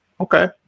okay